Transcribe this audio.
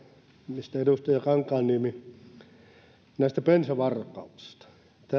mistä edustaja kankaanniemi puhui näistä bensavarkauksista